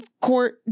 Court